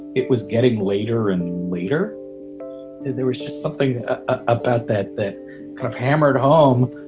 it was getting later and later that there was just something about that that kind of hammered home.